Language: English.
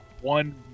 one